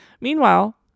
Meanwhile